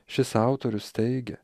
šis autorius teigia